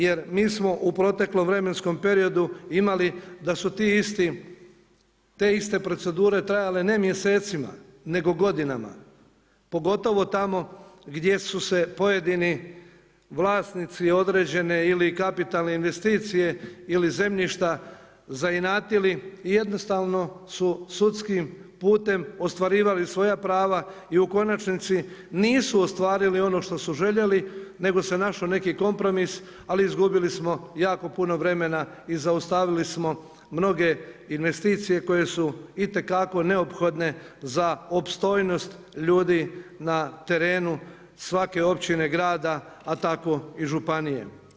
Jer mi smo u proteklom vremenskom periodu imali da su ti isti, te iste procedure trajale ne mjesecima, nego godinama, pogotovo tamo gdje su se pojedini vlasnici određene ili kapitalne investicije ili zemljišta zainatili i jednostavno su sudskim putem ostvarivali svoja prava i u konačnici, nisu ostvarili ono što su željeli, nego se našao neki kompromis, ali izgubili smo jako puno vremena i zaustavili smo mnoge investicije koje su itekako neophodne za opstojnost ljudi na terenu svake općine, grada, a tako i županije.